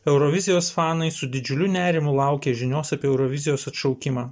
eurovizijos fanai su didžiuliu nerimu laukė žinios apie eurovizijos atšaukimą